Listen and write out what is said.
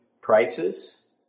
prices